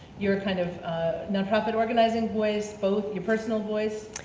your kind of nonprofit organizing voice, both, your personal voice?